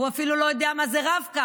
הוא אפילו לא יודע מה זה רב-קו,